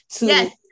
Yes